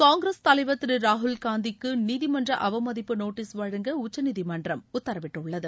காங்கிரஸ் தலைவர் திரு ராகுல்காந்திக்கு நீதிமன்ற அவமதிப்பு நோட்டீஸ் வழங்க உச்சநீதிமன்றம் உத்தரவிட்டுள்ளது